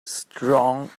strong